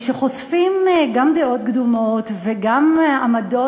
שחושפים גם דעות קדומות וגם עמדות,